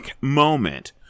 moment